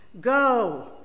Go